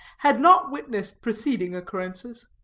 had not witnessed preceding occurrences.